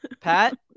Pat